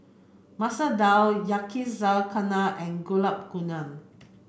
Masoor Dal Yakizakana and Gulab Gamun